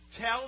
Tell